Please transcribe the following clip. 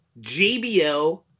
JBL